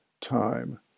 time